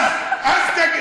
פלאפל יהיה?